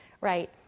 right